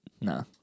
Nah